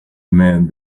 met